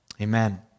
amen